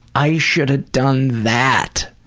i should have done that.